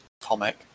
comic